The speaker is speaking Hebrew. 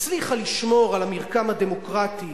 הצליחה לשמור על המרקם הדמוקרטי,